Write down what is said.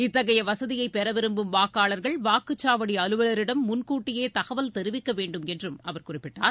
இத்தகைய வசதியை பெற விரும்பும் வாக்காளர்கள் வாக்குச்சாவடி அலுவலரிடம் முன்கூட்டியே தகவல் தெரிவிக்க வேண்டும் என்றும் அவர் குறிப்பிட்டார்